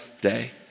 day